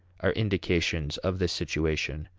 are indications of this situation.